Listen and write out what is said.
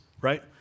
right